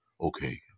Okay